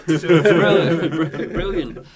brilliant